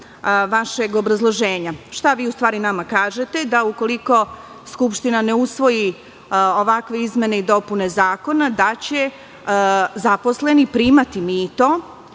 vašeg obrazloženja. Šta vi, u stvari, nama kažete? Da, ukoliko Skupština ne usvoji ovakve izmene i dopune zakona, da će zaposleni primati mito